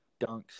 dunks